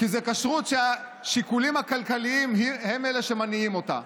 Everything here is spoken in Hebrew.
כי זאת כשרות שהשיקולים הכלכליים הם שמניעים אותה.